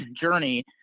journey